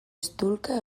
eztulka